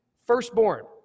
firstborn